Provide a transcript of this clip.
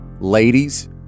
ladies